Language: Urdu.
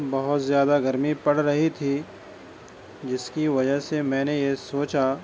بہت زیادہ گرمی پڑ رہی تھی جس کی وجہ سے میں نے یہ سوچا